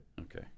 Okay